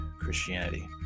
christianity